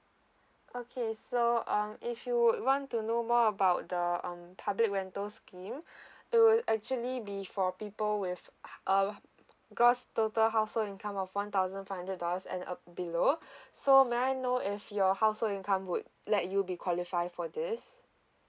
okay so um if you would want to know more about the um public rental scheme it would actually be for people with ugh err gross total household income of one thousand five hundred dollars and uh below so may I know if your household income would let you be qualify for this